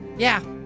yeah!